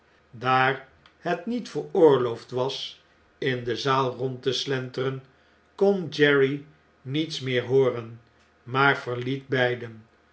daar het niet veroorloofd was in de zaal rond te slenteren kon jerry niets meer hooren maar verliet beiden